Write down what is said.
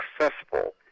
successful